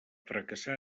fracassar